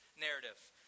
narrative